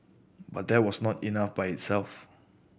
but that was not enough by itself